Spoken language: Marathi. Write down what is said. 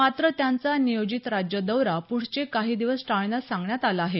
मात्र त्यांचा नियोजित राज्य दौरा पुढचे काही दिवस टाळण्यास सांगण्यात आलं आहे